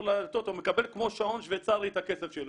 לטוטו מקבל כמו שעון שוויצרי את הכסף שלו,